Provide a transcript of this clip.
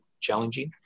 challenging